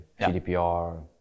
GDPR